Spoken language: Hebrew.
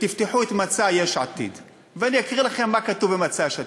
ותפתחו ב"מצע יש עתיד"; אני אקריא לכם מה יש במצע יש עתיד.